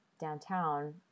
downtown